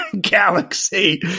galaxy